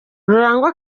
rurangwa